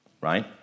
right